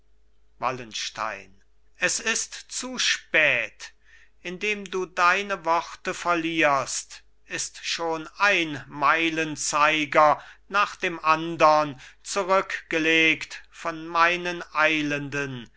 wallenstein es ist zu spät indem du deine worte verlierst ist schon ein meilenzeiger nach dem andern zurückgelegt von meinen eilenden